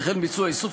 וכן ביצוע איסוף,